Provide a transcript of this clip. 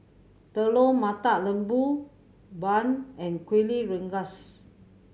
Telur Mata Lembu bun and Kuih Rengas